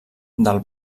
del